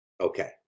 Okay